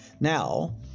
now